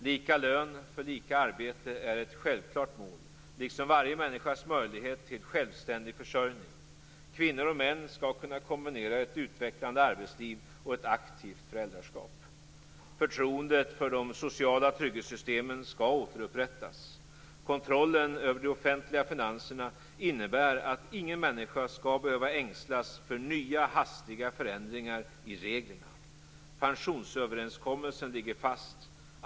Lika lön för lika arbete är ett självklart mål, liksom varje människas möjlighet till självständig försörjning. Kvinnor och män skall kunna kombinera ett utvecklande arbetsliv och ett aktivt föräldraskap. Förtroendet för de sociala trygghetssystemen skall återupprättas. Kontrollen över de offentliga finanserna innebär att ingen människa skall behöva ängslas för nya hastiga förändringar i reglerna. Pensionsöverenskommelsen ligger fast.